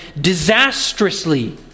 disastrously